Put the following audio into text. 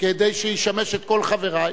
שישמש את כל חברי.